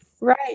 right